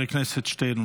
חבר הכנסת שטרן,